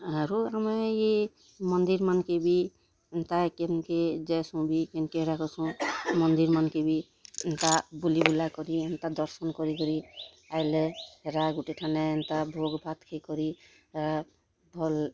ଆରୁ ମୁଇଁ ଇ ମନ୍ଦିର୍ ମାନକେ ବି ଏନ୍ତା କେନକେ ଯାଇସୁଁ ବି କେନକେ ହେଟା କରସୁଁ ମନ୍ଦିର୍ ମାନକେ ବି ଏନ୍ତା ବୁଲି ବୁଲା କରି ଏନ୍ତା ଦର୍ଶନ୍ କରି କରି ଆଏଲେ ରା ଗୁଟେ ଠାନେ ଏନ୍ତା ଭୋଗ୍ ଭାତ୍ ଖାଇକରି ଆ ଭଲ୍